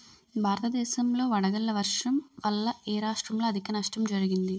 భారతదేశం లో వడగళ్ల వర్షం వల్ల ఎ రాష్ట్రంలో అధిక నష్టం జరిగింది?